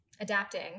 adapting